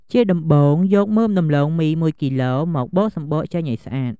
ជាដំបូងយកមើមដំឡូងមី១គីឡូ មកបកសំបកចេញឲ្យស្អាត ។